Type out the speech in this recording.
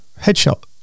headshot